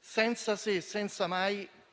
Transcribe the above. senza se e